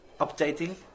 updating